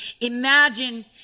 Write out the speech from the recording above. Imagine